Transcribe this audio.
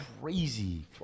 crazy